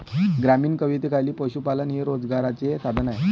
ग्रामीण कवितेखाली पशुपालन हे रोजगाराचे साधन आहे